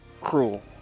cruel